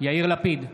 יאיר לפיד,